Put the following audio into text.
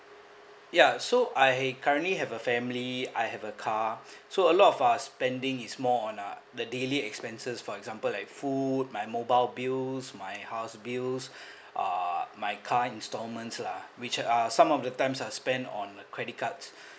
ya so I currently have a family I have a car so a lot of our spending is more on our the daily expenses for example like food my mobile bills my house bills uh my car instalments lah which are some of the times are spent on a credit card